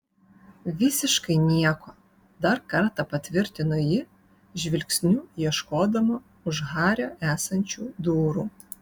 visiškai nieko dar kartą patvirtino ji žvilgsniu ieškodama už hario esančių durų